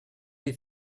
les